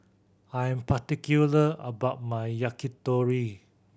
I'm particular about my Yakitori